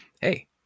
Hey